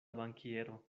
bankiero